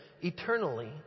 eternally